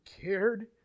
cared